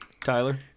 Tyler